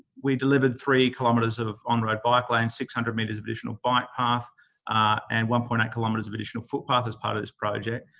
we delivered three kilometres of on-road bike lane and six hundred metres of additional bike path and one point eight kilometres of additional footpath as part of this project.